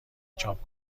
چاپ